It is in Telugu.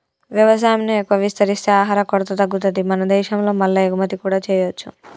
వ్యవసాయం ను ఎక్కువ విస్తరిస్తే ఆహార కొరత తగ్గుతది మన దేశం లో మల్ల ఎగుమతి కూడా చేయొచ్చు